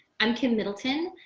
and kim middleton,